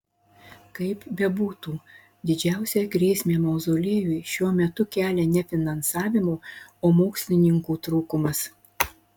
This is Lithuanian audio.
kaip bebūtų didžiausią grėsmę mauzoliejui šiuo metu kelia ne finansavimo o mokslininkų trūkumas